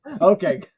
okay